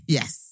Yes